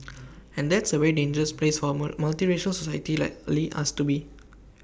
and that's A very dangerous place for A more multiracial society likely us to be